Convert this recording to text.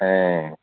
ఆయ్